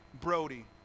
Brody